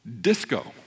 Disco